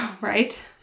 Right